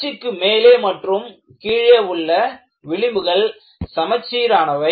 அச்சுக்கு மேலே மற்றும் கீழே உள்ள விளிம்புகள் சமச்சீரானவை